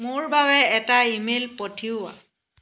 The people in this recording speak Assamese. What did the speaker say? মোৰ বাবে এটা ইমেইল পঠিওৱা